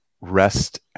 rest